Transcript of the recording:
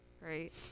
Right